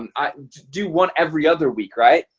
um i do one every other week, right?